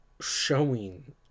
showing